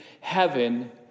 heaven